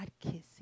kissing